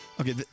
Okay